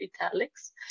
italics